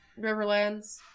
Riverlands